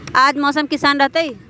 आज मौसम किसान रहतै?